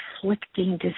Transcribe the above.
conflicting